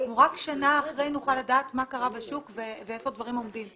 אנחנו רק שנה אחרי נוכל לדעת מה קרה בשוק ואיפה הדברים עומדים.